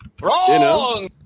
Wrong